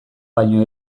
baino